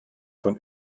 von